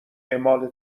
اعمال